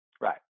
Right